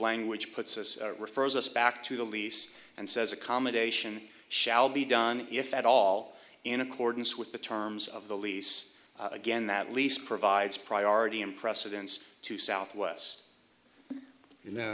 language puts us refers us back to the lease and says accommodation shall be done if at all in accordance with the terms of the lease again that lease provides priority and precedence to southwest